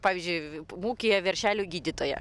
pavyzdžiui ūkyje veršelių gydytoja